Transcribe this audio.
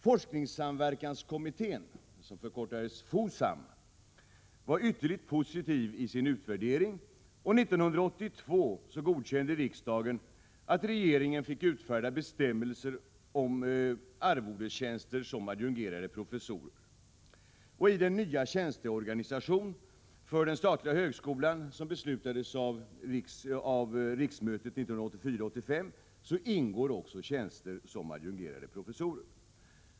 Forskningssamverkanskommittén, förkortad FOSAM, var ytterligt positivisin utvärdering, och 1982 godkände riksdagen att regeringen fick utfärda bestämmelser om arvodestjänster som adjungerade professorer. I den nya tjänsteorganisation för den statliga högskolan som beslutades av riksmötet 1984/85 ingår också tjänster som adjungerade professorer.